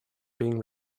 being